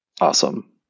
awesome